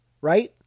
right